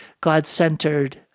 God-centered